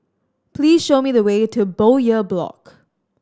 please show me the way to Bowyer Block